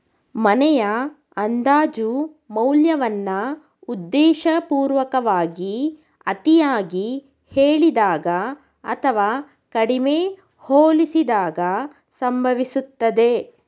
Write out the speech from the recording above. ಮನೆಯ ಅಂದಾಜು ಮೌಲ್ಯವನ್ನ ಉದ್ದೇಶಪೂರ್ವಕವಾಗಿ ಅತಿಯಾಗಿ ಹೇಳಿದಾಗ ಅಥವಾ ಕಡಿಮೆ ಹೋಲಿಸಿದಾಗ ಸಂಭವಿಸುತ್ತದೆ